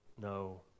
No